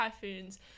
Typhoons